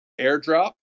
airdrop